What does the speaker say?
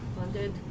funded